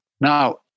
Now